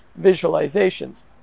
visualizations